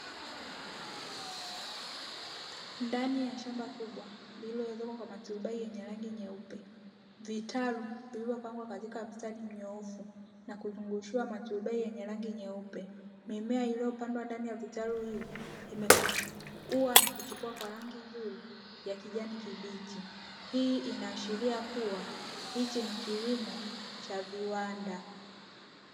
Ndani ya shamba kubwa lililoezekwa kwa maturubai yenye rangi nyeupe, vitalu vilivyopangwa katika mstari mnyoofu na kuzungushiwa maturubai yenye rangi nyeupe. Mimea iliyopandwa ndani ya vitalu hivyo imekua na kuchipua kwa rangi nzuri ya kijani kibichi. Hii inaashiria kuwa hichi ni kilimo cha viwanda.